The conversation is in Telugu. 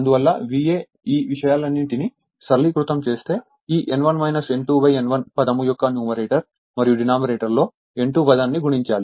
అందువల్ల VA ఈ విషయాలన్నింటినీ సరళీకృతం చేస్తే ఈ N1 N2 N1 పదము యొక్క న్యూమరేటర్ మరియు డినామినేటర్ లో N2 పదాన్ని గుణించాలి